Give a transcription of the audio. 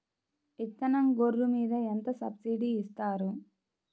విత్తనం గొర్రు మీద ఎంత సబ్సిడీ ఇస్తారు?